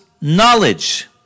knowledge